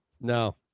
No